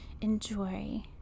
enjoy